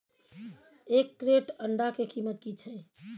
एक क्रेट अंडा के कीमत की छै?